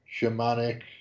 shamanic